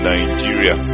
Nigeria